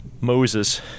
moses